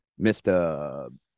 Mr